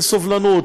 של סובלנות,